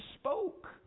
spoke